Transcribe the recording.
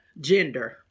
gender